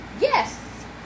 Yes